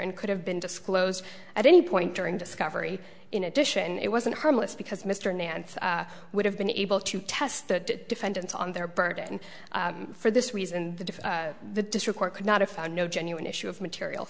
and could have been disclosed at any point during discovery in addition it wasn't harmless because mr nance would have been able to test the defendants on their burden for this reason the difference the district court could not have found no genuine issue of material